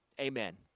Amen